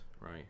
right